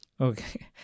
Okay